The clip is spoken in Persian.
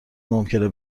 ممکنه